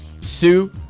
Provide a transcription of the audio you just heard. sue